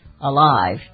alive